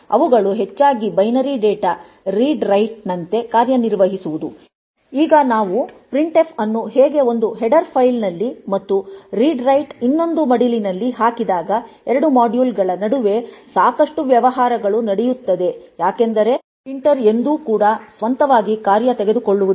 ಅವುಗಳು ಹೆಚ್ಚಾಗಿ binary data read write ನಂತೆ ಕಾರ್ಯನಿರ್ವಹಿಸುವುದು ಈಗ ನಾವುಪ್ರಿಂಟ್ಫ್ ಅನ್ನು ಹಾಗೆ ಒಂದು ಹೆಡರ್ ಫೈಲ್ನಲ್ಲಿ ಮತ್ತು ರೀಡ್ ರೈಟ್ ಇನ್ನೊಂದು ಮಡಿಲಿನಲ್ಲಿ ಹಾಕಿದಾಗ 2 ಮಾಡ್ಯೂಲ್ ಗಳ ನಡುವೆ ಸಾಕಷ್ಟು ವ್ಯವಹಾರಗಳು ನಡೆಯುತ್ತದೆ ಯಾಕೆಂದರೆ ಪ್ರಿಂಟರ್ ಎಂದು ಕೂಡ ಸ್ವಂತವಾಗಿ ಕಾರ್ಯಗತಗೊಳ್ಳುವುದಿಲ್ಲ